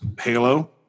Halo